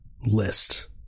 list